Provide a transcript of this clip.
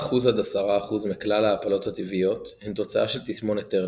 7%–10% מכלל ההפלות הטבעיות הן תוצאה של תסמונת טרנר.